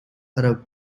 arab